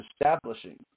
establishing